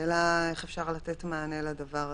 השאלה היא איך אפשר לתת מענה לדבר הזה.